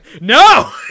No